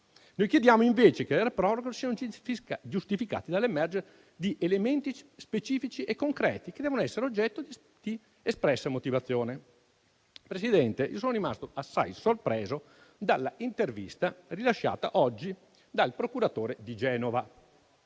Noi chiediamo invece che le proroghe siano giustificate dall'emergere di elementi specifici e concreti, che devono essere oggetto di espressa motivazione. Signora Presidente, io sono rimasto assai sorpreso dalla intervista rilasciata oggi dal procuratore di Genova,